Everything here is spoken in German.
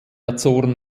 azoren